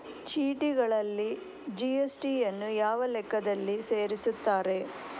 ಚೀಟಿಗಳಲ್ಲಿ ಜಿ.ಎಸ್.ಟಿ ಯನ್ನು ಯಾವ ಲೆಕ್ಕದಲ್ಲಿ ಸೇರಿಸುತ್ತಾರೆ?